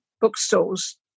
bookstores